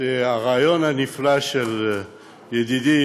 שהרעיון הנפלא הוא של ידידי